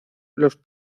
los